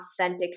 authentic